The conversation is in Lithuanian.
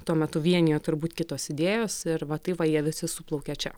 tuo metu vienijo turbūt kitos idėjos ir va taip va jie visi suplaukė čia